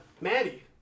Maddie